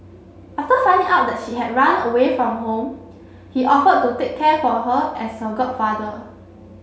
after finding out that she had run away from home he offered to take care for her as her godfather